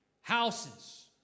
houses